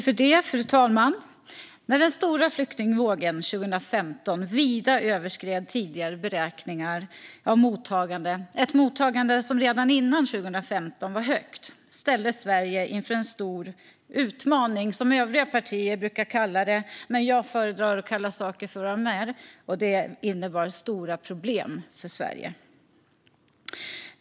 Fru talman! När den stora flyktingvågen 2015 vida överskred tidigare beräkningar av mottagandet - ett mottagande som redan före 2015 var högt - ställdes Sverige inför en stor utmaning, som övriga partier brukar kalla det. Men jag föredrar att kalla saker för vad de är: Detta innebar stora problem för Sverige.